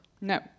No